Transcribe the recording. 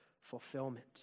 fulfillment